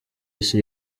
isi